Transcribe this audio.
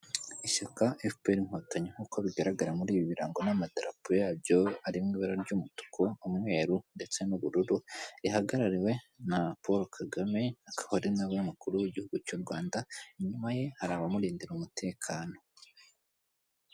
Ishyaka FPR inkotanyi nk'uko bigaragara muri ibi birango n'amatarapo y'abyo, arimo ibara ry'umutuku, umweru ndetse n'ubururu, rihagarariwe na Paul Kagame, akaba ari nawe mukuru w'igihugu cy'u Rwanda, inyuma ye hari abamurindira umutekano.